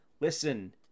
Listen